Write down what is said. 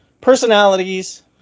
personalities